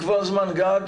לקבוע זמן גג